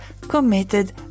committed